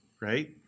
right